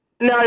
No